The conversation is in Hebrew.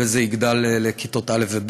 וזה יגדל לכיתות א' וב',